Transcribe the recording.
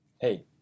Hey